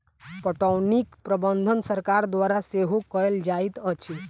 पटौनीक प्रबंध सरकार द्वारा सेहो कयल जाइत अछि